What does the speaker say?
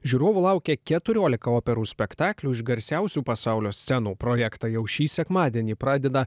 žiūrovų laukia keturiolika operų spektaklių iš garsiausių pasaulio scenų projektą jau šį sekmadienį pradeda